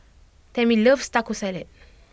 Tammy loves Taco Salad